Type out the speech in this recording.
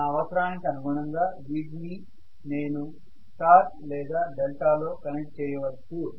నా అవసరానికి అనుగుణంగా వీటిని నేను స్టార్ లేదా డెల్టాలో కనెక్ట్ చేయవచ్చు